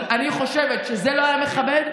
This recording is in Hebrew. אני חושבת שזה לא היה מכבד,